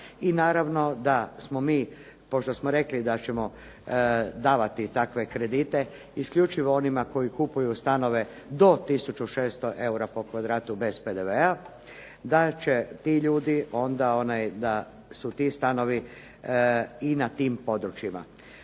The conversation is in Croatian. i naravno da smo mi, pošto smo rekli da ćemo davati takve kredite isključivo onima koji kupuju stanove do 1600 eura po kvadratu bez PDV-a da su ti stanovi i na tim područjima.